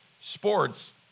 sports